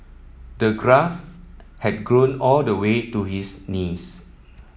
the grass had grown all the way to his knees